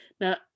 now